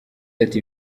ati